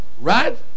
right